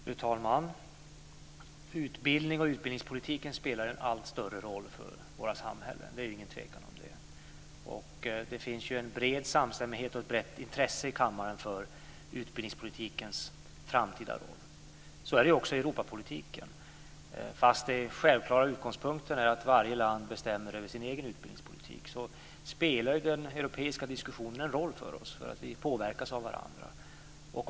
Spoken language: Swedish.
Fru talman! Utbildning och utbildningspolitiken spelar en allt större roll för våra samhällen. Det råder inget tvivel om det. Det finns en bred samstämmighet och ett brett intresse i kammaren för utbildningspolitikens framtida roll. Så är det också i Europapolitiken. Fastän den självklara utgångspunkten är att varje land bestämmer över sin egen utbildningspolitik, spelar den europeiska diskussionen en roll för oss. Vi påverkas av varandra.